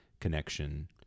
connection